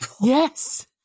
Yes